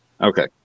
Okay